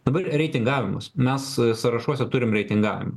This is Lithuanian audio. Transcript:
dabar reitingavimas mes sąrašuose turim reitingavimą